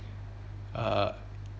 uh